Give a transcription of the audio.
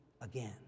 again